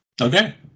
Okay